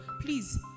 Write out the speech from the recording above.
Please